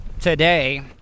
today